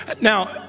now